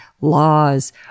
laws